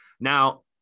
Now